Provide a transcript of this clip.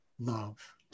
love